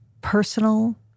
personal